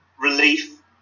relief